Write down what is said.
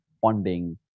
funding